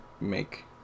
make